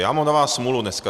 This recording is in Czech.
Já mám na vás smůlu dneska.